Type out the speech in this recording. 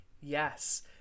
yes